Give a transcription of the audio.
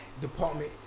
department